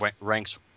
ranks